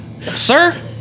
sir